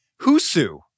Husu